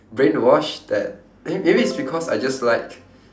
brainwashed that may~ maybe it's because I just like